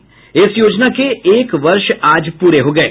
आज इस योजना के एक वर्ष पूरे हो गये